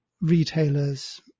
retailers